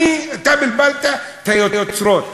אתה בלבלת את היוצרות.